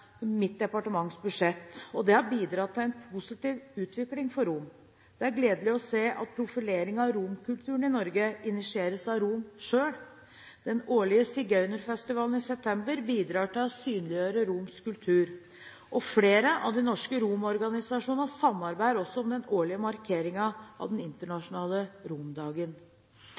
mitt departements budsjett. Det har bidratt til en positiv utvikling for romene. Det er gledelig å se at profileringen av romkulturen i Norge initieres av romene selv. Den årlige sigøynerfestivalen i september bidrar til å synliggjøre romenes kultur, og flere av de norske romorganisasjonene samarbeider om den årlige markeringen av den internasjonale romdagen.